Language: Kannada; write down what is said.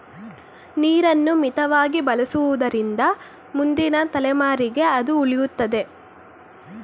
ನೀರನ್ನು ಮಿತವಾಗಿ ಬಳಸುವುದರಿಂದ ಮುಂದಿನ ತಲೆಮಾರಿಗೆ ಅದು ಉಳಿಯುತ್ತದೆ